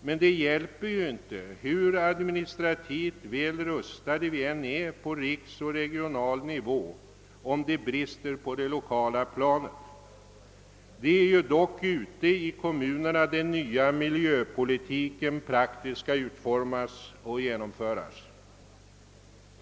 Men det hjälper inte hur administrativt väl rustade vi är på riksnivå och på regional nivå om det brister på det lokala planet. Det är dock ute i kommunerna som den nya miljöpolitiken praktiskt skall utformas och genomföras.